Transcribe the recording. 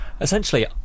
Essentially